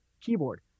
keyboard